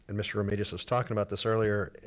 and mr. ramirez was talkin' about this earlier.